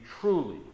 truly